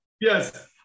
Yes